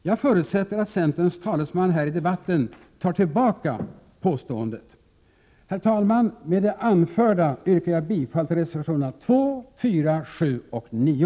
Jag förutsätter att centerns talesman här i debatten tar tillbaka påståendet. Herr talman! Med det anförda yrkar jag bifall till reservationerna 2, 4, 7 och 9.